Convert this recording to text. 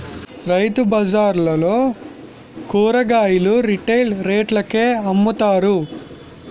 రైతుబజార్లలో కూరగాయలు రిటైల్ రేట్లకే అమ్ముతారు